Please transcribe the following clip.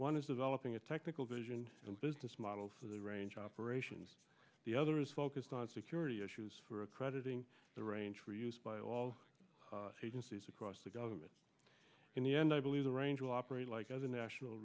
one is developing a technical vision and business model for the range operations the other is focused on security issues for accrediting the range for use by all agencies across the government in the end i believe the range will operate like other national